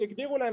כי הגדירו להם,